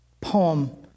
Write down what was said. poem